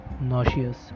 nauseous